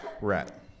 rat